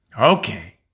Okay